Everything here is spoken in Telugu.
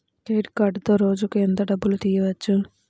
క్రెడిట్ కార్డులో రోజుకు ఎంత డబ్బులు తీయవచ్చు?